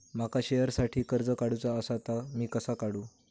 माका शेअरसाठी कर्ज काढूचा असा ता मी कसा काढू?